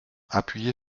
appuyée